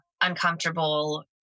uncomfortable